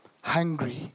hungry